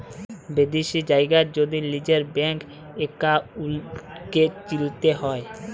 বিদ্যাশি জায়গার যদি লিজের ব্যাংক একাউল্টকে চিলতে হ্যয়